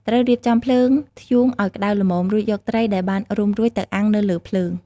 ត្រូវរៀបចំភ្លើងធ្យូងឲ្យក្តៅល្មម រួចយកត្រីដែលបានរុំរួចទៅអាំងនៅលើភ្លើង។